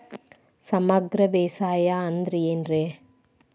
ಸಮಗ್ರ ಬೇಸಾಯ ಅಂದ್ರ ಏನ್ ರೇ?